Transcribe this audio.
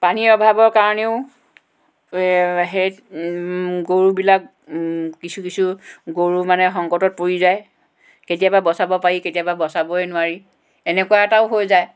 পানীৰ অভাৱৰ কাৰণেও সেই গৰুবিলাক কিছু কিছু গৰু মানে সংকটত পৰি যায় কেতিয়াবা বচাব পাৰি কেতিয়াবা বচাবই নোৱাৰি এনেকুৱা এটাও হৈ যায়